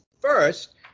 first